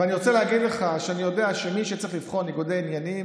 ואני רוצה להגיד לך שאני יודע שמי שצריך לבחון ניגודי עניינים